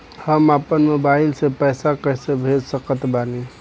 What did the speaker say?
हम अपना मोबाइल से पैसा कैसे भेज सकत बानी?